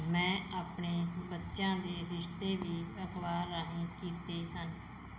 ਮੈਂ ਆਪਣੇ ਬੱਚਿਆਂ ਦੇ ਰਿਸ਼ਤੇ ਵੀ ਅਖਬਾਰ ਰਾਹੀਂ ਕੀਤੇ ਹਨ